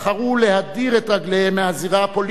להדיר את רגליהם מהזירה הפוליטית,